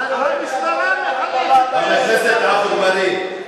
חבר הכנסת עפו אגבאריה.